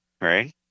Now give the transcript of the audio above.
Right